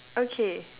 okay